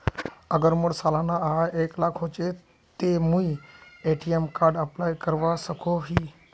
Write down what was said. अगर मोर सालाना आय एक लाख होचे ते मुई ए.टी.एम कार्ड अप्लाई करवा सकोहो ही?